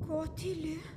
ko tyli